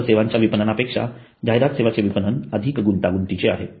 इतर सेवांच्या विपणनापेक्षा जाहिरात सेवांचे विपणन अधिक गुंतागुंतीचे आहे